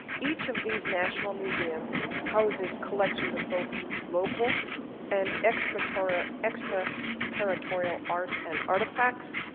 each of these national museum houses collections of both local and extra territorial extra territorial art and artifacts.